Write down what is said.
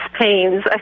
pains